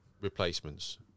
replacements